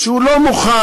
הוא לא מוכן